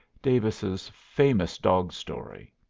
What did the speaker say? davis's famous dog story.